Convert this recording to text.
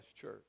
Church